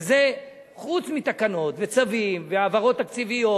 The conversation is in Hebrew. וזה חוץ מתקנות וצווים והעברות תקציביות